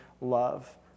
love